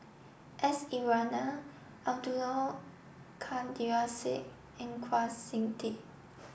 S Iswaran Abdul Kadir Syed and Kwa Siew Tee